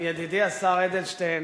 ידידי השר אדלשטיין,